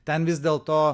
ten vis dėlto